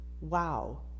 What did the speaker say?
wow